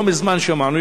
לא מזמן שמענו,